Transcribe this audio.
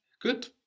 Good